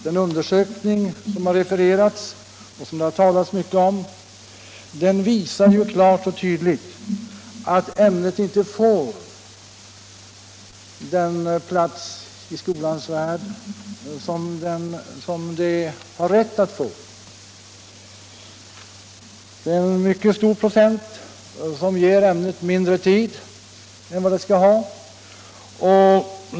Den undersökning som det refererats till och som det talats så mycket om visar klart och tydligt att ämnet inte får den plats i skolans värld som det har rätt till. I en mycket stor procent av fallen får ämnet mindre tid än det skall ha.